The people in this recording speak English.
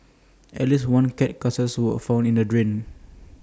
at least one cat carcass was found in A drain